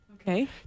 Okay